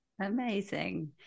Amazing